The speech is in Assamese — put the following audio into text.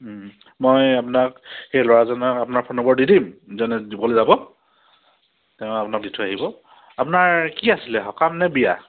মই আপোনাক সেই ল'ৰাজনক আপোনাৰ ফোন নম্বৰ দি দিম যেনে দিবলৈ যাব তেওঁ আপোনাক দি থৈ আহিব আপোনাৰ কি আছিলে সকাম নে বিয়া